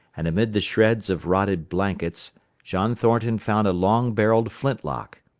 and amid the shreds of rotted blankets john thornton found a long-barrelled flint-lock.